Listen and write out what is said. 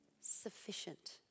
sufficient